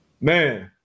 man